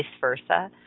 versa